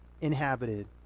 inhabited